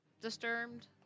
disturbed